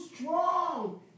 strong